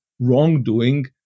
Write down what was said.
wrongdoing